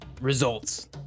results